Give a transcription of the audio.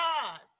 God